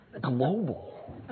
Global